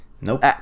Nope